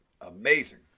Amazing